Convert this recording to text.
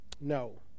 No